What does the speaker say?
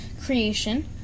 Creation